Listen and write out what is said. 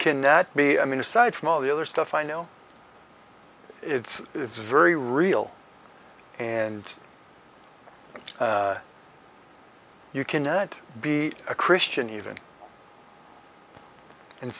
can nat me i mean aside from all the other stuff i know it's very real and you cannot be a christian even and